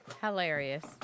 Hilarious